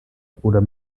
bruder